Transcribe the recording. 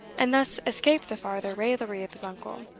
and thus escape the farther raillery of his uncle,